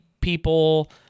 people